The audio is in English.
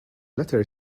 letter